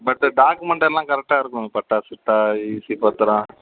பட்டு டாக்குமெண்ட்டெல்லாம் கரெக்டாக இருக்கும் பட்டா சிட்டா ஈசி பத்திரம்